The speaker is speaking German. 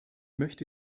möchte